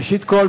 ראשית כול,